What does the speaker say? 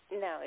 No